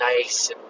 nice